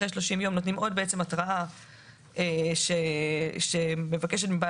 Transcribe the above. אחרי 30 ימים נותנים עוד התראה שמבקשת מבעל